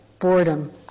boredom